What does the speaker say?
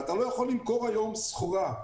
אתה לא יכול למכור היום סחורה,